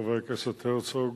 חבר הכנסת הרצוג,